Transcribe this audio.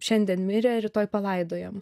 šiandien mirė rytoj palaidojam